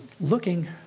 looking